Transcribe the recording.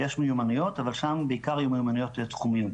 יש מיומנויות אבל שם בעיקר היו מיומנויות תחומים.